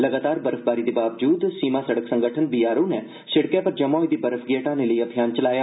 लगातार बर्फबारी द बावजूद सीमा सड़क संगठन बी आर ओ नै सिड़कै पर जमा होई दी बर्फ गी हटान लई अभियान चलाया